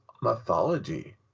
mythology